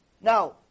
Now